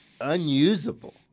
unusable